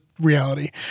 reality